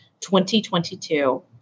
2022